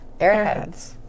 Airheads